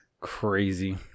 crazy